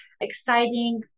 exciting